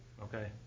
Okay